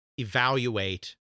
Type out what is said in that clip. evaluate